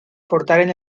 portaren